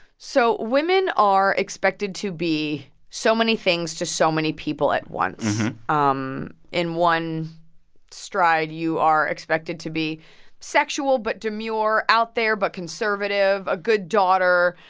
so women are expected to be so many things to so many people at once. um in one stride, you are expected to be sexual but demure, out there but conservative, a good daughter,